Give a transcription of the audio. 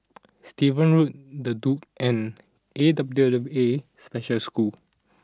Stevens Road the Duke and A W W A Special School